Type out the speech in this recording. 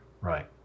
Right